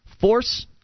Force